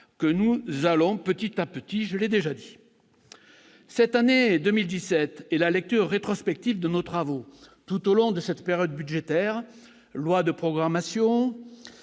que nous allons petit à petit. Cette année 2017 et la lecture rétrospective de nos travaux tout au long de la période budgétaire, avec une loi de programmation